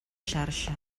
xarxa